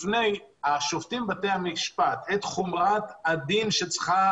בפני השופטים בבתי המשפט את חומרת הדין שצריכה